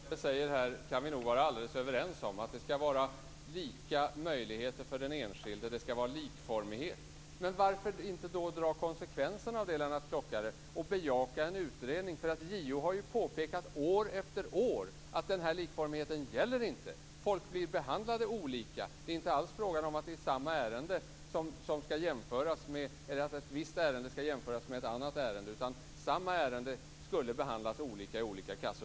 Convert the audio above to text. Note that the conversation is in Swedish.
Herr talman! Det sista som Göran Klockare sade kan vi nog vara alldeles överens om, att det skall vara lika möjligheter för den enskilde, att det skall vara likformighet. Men varför då inte dra konsekvenserna av det, Lennart Klockare, och bejaka en utredning? JO har ju år efter år påpekat att den här likformigheten inte gäller, att folk blir olika behandlade. Det är inte alls fråga om att jämföra ett visst ärende med ett annat ärende, utan om att samma ärende behandlas olika av olika kassor.